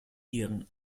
ihren